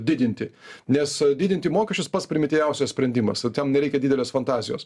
didinti nes didinti mokesčius pats primityviausias sprendimas tam nereikia didelės fantazijos